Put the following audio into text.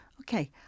Okay